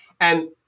And-